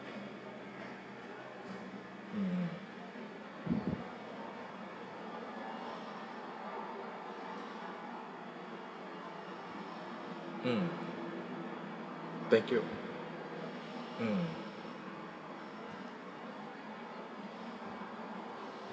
mm mm thank you mm